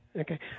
Okay